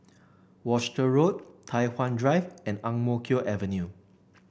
Worcester Road Tai Hwan Drive and Ang Mo Kio Avenue